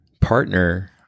partner